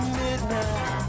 midnight